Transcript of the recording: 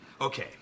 Okay